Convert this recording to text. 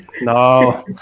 No